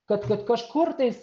kad kad kažkur tais